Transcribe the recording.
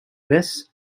this